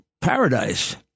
paradise